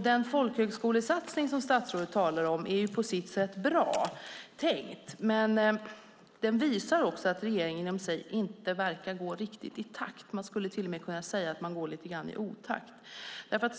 Den folkhögskolesatsning som statsrådet talar om är på sitt sätt bra tänkt, men den visar att regeringen inom sig inte verkar gå riktigt i takt - jag skulle kunna säga att man går lite grann i otakt.